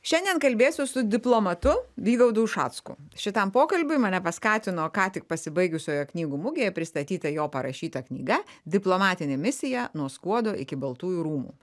šiandien kalbėsiu su diplomatu vygaudu ušacku šitam pokalbiui mane paskatino ką tik pasibaigusioje knygų mugėje pristatyta jo parašyta knyga diplomatinė misija nuo skuodo iki baltųjų rūmų